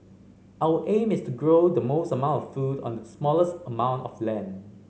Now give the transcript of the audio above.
our aim is to grow the most amount of food on the smallest amount of land